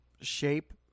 shape